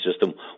system